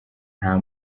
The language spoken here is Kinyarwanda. nta